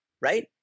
right